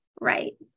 right